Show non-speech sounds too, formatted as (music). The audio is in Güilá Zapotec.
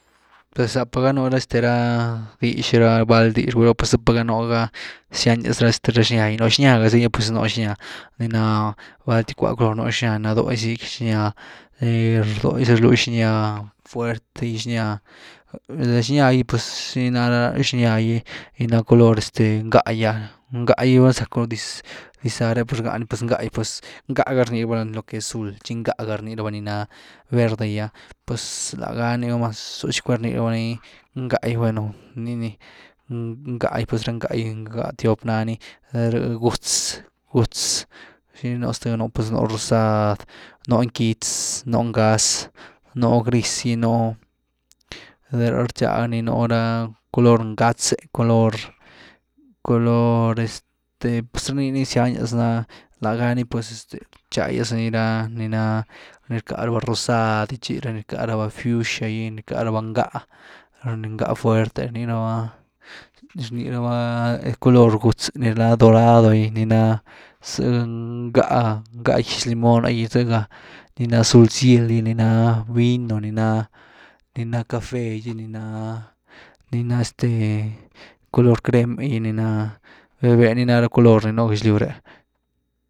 Pues zapa gá nu ra este ra dix ra badl dix rgwy raba pues zëpa ga nú zyaniaz ra xnýa gy, lo xnya gazy gy pues nú xnya ni na balty cwa color, nú xnya ni na dogyzy xnyá, (hesitation) doyzy rlwy xnya, fuertgy xnya, za xnya gy pues niini ná ra xnya gy, nii na ra color ngá’gy ah, gá’gy gulá za rzacku dix zaa re pues rgáni. pues ngáh gy, pues ngáh gar ni raba lo que es zul, tchi ngá gar ni raba ni ná verde’gy ah pues lá gani numá zo tchickwen rnii raba ni ngáh gy, bueno nii ni, bgá’gy pues rá ngáh’gy tiop na nii, de rh gútz – gútz, ¿ xinii nú zth ganóh? Pues nú rosad, nú quitz, nú ngáz, nú gris’gy nú, de rh rchag ni nú ra color ngátz’e, color- color (hesitation) este raa nii ni zyanias ná lagani pues este rchagyas nii ra, ni nah ni rckahraba rosad, tchi ra ni rcka raba fiusha gy, ni rcka raba ngáh, ra ni ngá fuerte ni ná ni rni raba color gútz, ni na dorado gy, ni ná zá ngáh gyx-limon, zëga ni ná zul-ciel ninaa vino ni ná, ni ná café gy ni ná ni ná este color crem’e gy ni ná, véh-véh ni na raculori ni nú gaëx-lyw reéh.